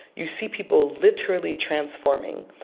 you see people literally transforming.